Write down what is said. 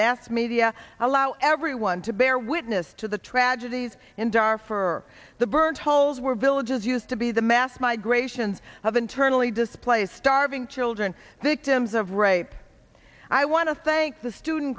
mass media allow everyone to bear witness to the tragedies and are for the burn holes where villages used to be the mass migrations of internally displaced starving children victims of rape i want to thank the student